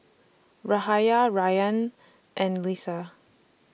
Yahaya Ryan and Lisa